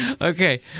Okay